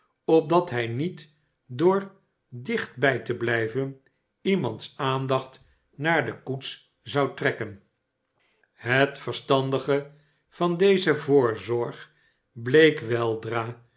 opdat hij niet door dichtbij te blijven iemands aandacht naar de koets zou trekken het verstandige van deze voorzorg bleek weldra